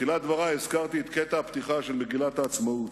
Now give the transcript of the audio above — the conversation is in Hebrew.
בתחילת דברי הזכרתי את קטע הפתיחה של מגילת העצמאות.